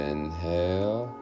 Inhale